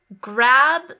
grab